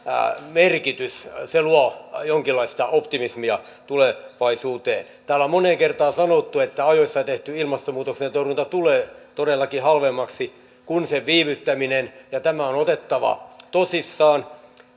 merkitys se luo jonkinlaista optimismia tulevaisuuteen täällä on moneen kertaan sanottu että ajoissa tehty ilmastonmuutoksen torjunta tulee todellakin halvemmaksi kuin sen viivyttäminen ja tämä on on otettava tosissaan